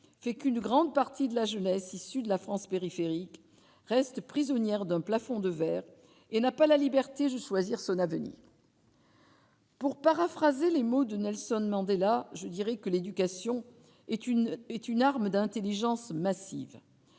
fait qu'une grande partie de la jeunesse issue de la France périphérique reste prisonnière d'un plafond de verre et n'a pas la liberté je choisir son avenir. Pour paraphraser les mots de Nelson Mandela, je dirais que l'éducation est une est une arme d'Intelligence massive